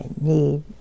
need